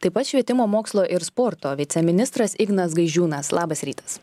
taip pat švietimo mokslo ir sporto viceministras ignas gaižiūnas labas rytas